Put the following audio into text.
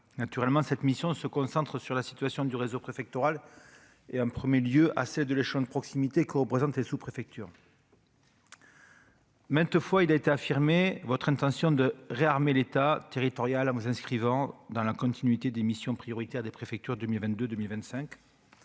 naturellement cette mission se concentre sur la situation du réseau préfectoral et en 1er lieu assez de l'échelon de proximité que représentent ces sous-préfecture. Maintes fois il a été affirmé votre intention de réarmer l'État territoriale en vous inscrivant dans la continuité des missions prioritaires des préfectures 2022 2025